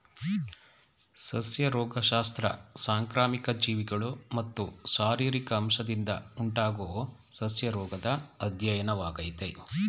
ಸಸ್ಯ ರೋಗಶಾಸ್ತ್ರ ಸಾಂಕ್ರಾಮಿಕ ಜೀವಿಗಳು ಮತ್ತು ಶಾರೀರಿಕ ಅಂಶದಿಂದ ಉಂಟಾಗೊ ಸಸ್ಯರೋಗದ್ ಅಧ್ಯಯನವಾಗಯ್ತೆ